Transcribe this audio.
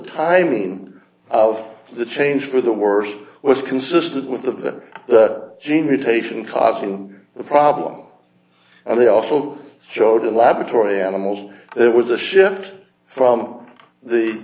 timing of the change for the worse was consistent with the gene mutation causing the problem and the awful showed a laboratory animals there was a shift from the